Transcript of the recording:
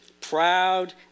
proud